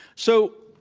so,